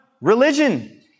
religion